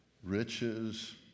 Riches